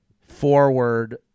forward